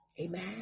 Amen